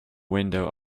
window